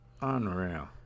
Unreal